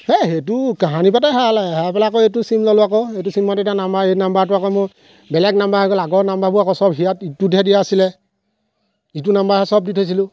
সেইটো কাহানিবাতে হেৰালে হেৰাই পেলাই আক' এইটো চিম ল'লো আক' এইটো চিমত এতিয়া নাম্বাৰ এই নাম্বাৰটো আক' মোৰ বেলেগ নাম্বাৰ হৈ গ'ল আগৰ নাম্বাৰবোৰ আক' চব হিয়াত ইটোতহে দিয়া আছিলে ইটো নাম্বাৰতহে চব দি থৈছিলোঁ